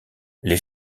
les